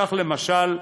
כך, למשל,